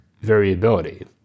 variability